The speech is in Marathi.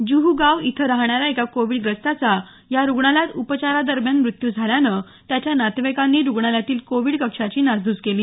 जुहूगाव इथं राहणाऱ्या एका कोविडग्रस्ताचा या रुग्णालयात उपचारादरम्यान मृत्यू झाल्यानं त्याच्या नातेवाईकांनी रुग्णालयातील कोविड कक्षाची नासधुस केली